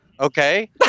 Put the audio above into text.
Okay